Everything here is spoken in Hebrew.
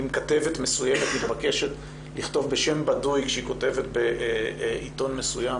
ואם כתבת מסוימת מתבקשת לכתוב בשם בדוי כשהיא כותבת בעיתון מסוים